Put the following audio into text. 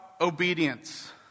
obedience